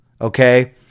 Okay